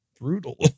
brutal